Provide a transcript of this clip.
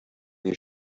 your